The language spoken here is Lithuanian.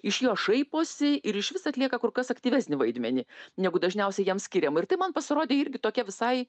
iš jo šaiposi ir iš vis atlieka kur kas aktyvesnį vaidmenį negu dažniausiai jam skiriama ir tai man pasirodė irgi tokia visai